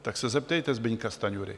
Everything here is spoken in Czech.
Tak se zeptejte Zbyňka Stanjury.